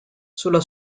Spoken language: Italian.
sulla